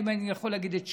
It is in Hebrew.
אם אני יכול להגיד את שמו,